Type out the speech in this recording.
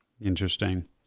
Interesting